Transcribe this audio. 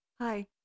Hi